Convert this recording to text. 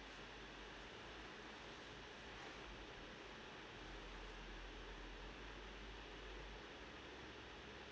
mm